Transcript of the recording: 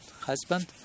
husband